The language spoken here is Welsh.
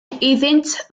iddynt